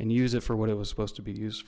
and use it for what it was supposed to be use